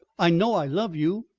i know i love you.